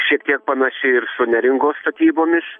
šiek tiek panaši ir su neringos statybomis